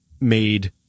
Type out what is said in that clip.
made –